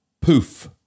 Poof